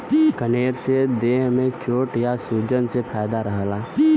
कनेर से देह में चोट या सूजन से फायदा रहला